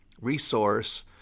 resource